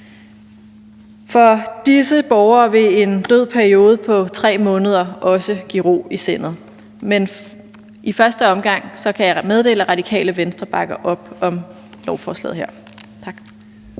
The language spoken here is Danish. For disse borgere vil en død periode på 3 måneder også give ro i sindet. Men i første omgang kan jeg meddele, at Radikale Venstre bakker op om lovforslaget her. Tak.